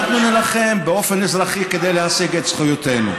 אנחנו נילחם באופן אזרחי כדי להשיג את זכויותינו.